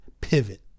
Pivot